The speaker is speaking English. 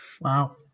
wow